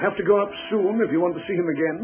have to go up sure you want to see him again